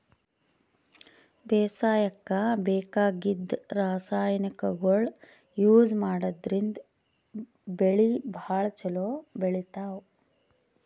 ಬೇಸಾಯಕ್ಕ ಬೇಕಾಗಿದ್ದ್ ರಾಸಾಯನಿಕ್ಗೊಳ್ ಯೂಸ್ ಮಾಡದ್ರಿನ್ದ್ ಬೆಳಿ ಭಾಳ್ ಛಲೋ ಬೆಳಿತಾವ್